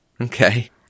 Okay